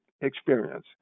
experience